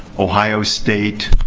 ohio state,